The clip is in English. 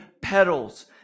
petals